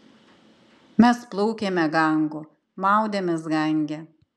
mes plaukėme gangu maudėmės gange